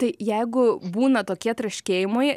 tai jeigu būna tokie traškėjimai